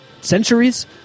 centuries